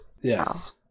Yes